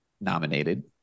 nominated